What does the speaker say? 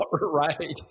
Right